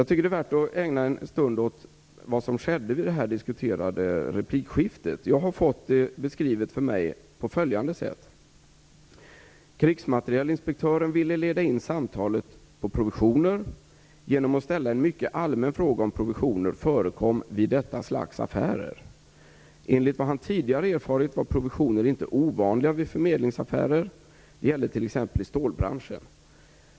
Det är värt att ägna en stund åt vad som skedde vid det diskuterade replikskiftet. Jag har fått det beskrivet på följande sätt: Krigsmaterielinspektören ville leda in samtalet på provisioner genom att ställa en mycket allmän fråga om provisioner förekom vid detta slags affärer. Enligt vad han tidigare erfarit var provisioner inte ovanliga vid förmedlingsaffärer. Det gällde t.ex. i stålbranschen.